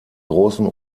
großen